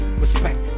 respect